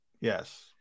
Yes